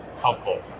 helpful